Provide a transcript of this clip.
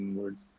words